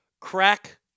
Crack